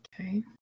Okay